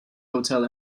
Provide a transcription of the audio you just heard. hotel